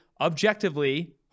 objectively